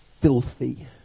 filthy